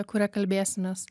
kuria kalbėsimės